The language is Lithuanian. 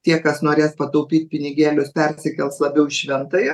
tie kas norės pataupyt pinigėlius persikels labiau į šventąją